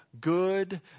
good